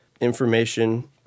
information